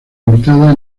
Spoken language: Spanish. invitada